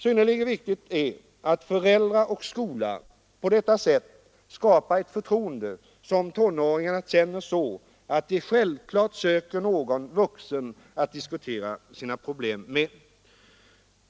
Synnerligen viktigt är att föräldrar och skola på detta sätt skapar ett förtroende som tonåringarna känner så att de självklart söker någon vuxen att diskutera sina problem med.